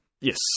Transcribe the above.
yes